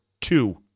two